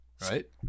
Right